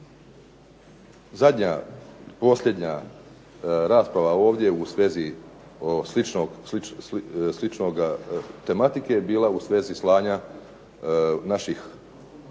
Zadnja posljednja rasprava ovdje u svezi slične tematike bila u svezi slanja